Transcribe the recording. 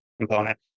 component